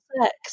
sex